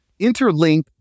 interlink